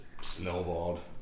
snowballed